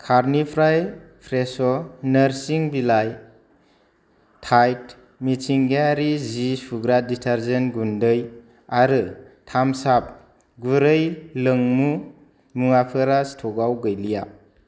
कार्टनिफ्राय फ्रेश' नोरसिं बिलाइ टाइद मिथिंगायारि जि सुग्रा डिटारजेन्ट गुन्दै आरो टाम्स आप गुरै लोंमु मुवाफोरा स्ट'कआव गैलिया